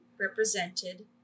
represented